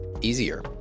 easier